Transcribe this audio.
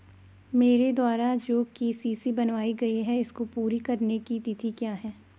मेरे द्वारा जो के.सी.सी बनवायी गयी है इसको पूरी करने की तिथि क्या है?